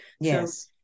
Yes